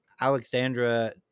Alexandra